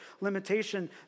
limitation